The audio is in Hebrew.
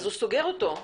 אז הוא סוגר אותו.